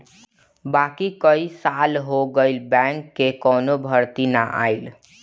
बाकी कई साल हो गईल बैंक कअ कवनो भर्ती ना आईल